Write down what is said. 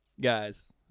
guys